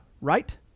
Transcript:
right